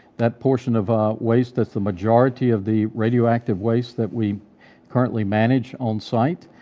that portion of a waste that's the majority of the radioactive waste that we currently manage on site,